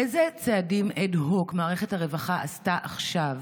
איזה צעדים אד הוק מערכת הרווחה עשתה עכשיו